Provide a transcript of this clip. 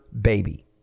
baby